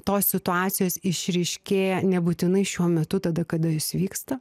tos situacijos išryškėja nebūtinai šiuo metu tada kada jos vyksta